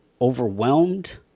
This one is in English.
overwhelmed